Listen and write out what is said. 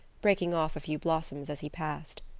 breaking off a few blossoms as he passed.